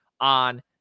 on